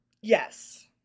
Yes